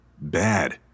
Bad